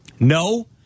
No